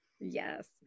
Yes